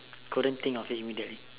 couldn't think of it immediately